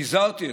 הזהרתי אתכם,